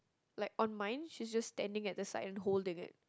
like on mine she just standing at the side and holding it